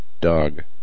dog